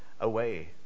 away